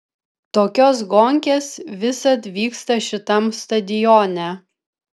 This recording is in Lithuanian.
tokios gonkės visad vyksta šitam stadione